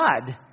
God